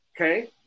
Okay